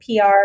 PR